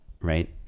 right